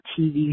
TV